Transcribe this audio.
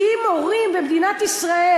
כי אם הורים במדינת ישראל,